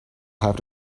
have